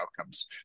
outcomes